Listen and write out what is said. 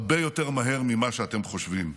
הרבה יותר מהר ממה שאתם חושבים.